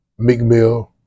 McMill